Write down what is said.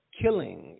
killing